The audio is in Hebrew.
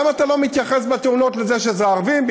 למה אתה לא מתייחס בנושא התאונות לזה שאלה ערבים,